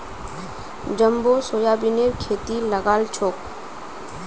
jumbo सोयाबीनेर खेती लगाल छोक